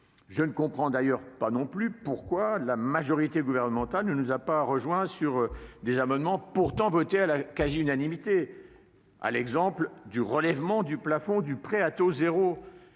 Je ne comprends pas non plus pourquoi la majorité gouvernementale ne nous a pas rejoints autour d'amendements pourtant votés à la quasi-unanimité. Ainsi en est-il du relèvement du plafond du prêt à taux zéro